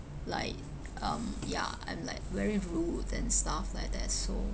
like um ya I'm like very rude and stuff like that so